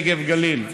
נגב גליל,